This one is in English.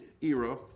era